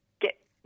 get